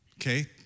Okay